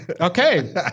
Okay